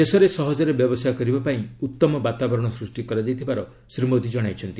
ଦେଶରେ ସହଜରେ ବ୍ୟବସାୟ କରିବା ପାଇଁ ଉତ୍ତମ ବାତାବରଣ ସୂଷ୍ଟି କରାଯାଇଥିବାର ଶ୍ରୀ ମୋଦୀ ଜଣାଇଛନ୍ତି